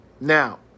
Now